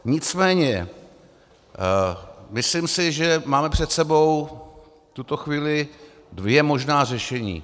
Nicméně si myslím, že máme před sebou v tuto chvíli dvě možná řešení.